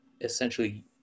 essentially